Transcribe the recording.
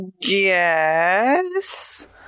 Yes